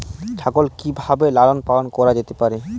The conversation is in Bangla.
ছাগল কি ভাবে লালন পালন করা যেতে পারে?